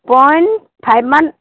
point five মান